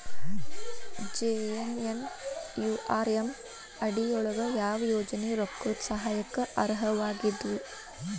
JNNURM ಅಡಿ ಯೊಳಗ ಯಾವ ಯೋಜನೆ ರೊಕ್ಕದ್ ಸಹಾಯಕ್ಕ ಅರ್ಹವಾಗಿದ್ವು?